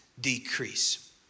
decrease